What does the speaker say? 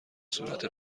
صورت